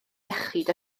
iechyd